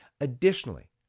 Additionally